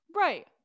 Right